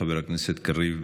חבר הכנסת קריב,